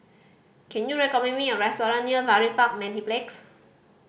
can you recommend me a restaurant near Farrer Park Mediplex